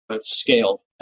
scaled